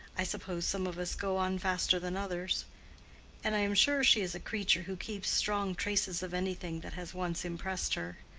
i suppose some of us go on faster than others and i am sure she is a creature who keeps strong traces of anything that has once impressed her.